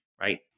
right